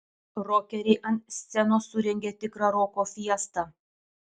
rokeriai ant scenos surengė tikrą roko fiestą